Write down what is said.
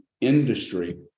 industry